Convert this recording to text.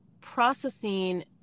processing